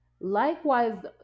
Likewise